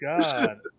God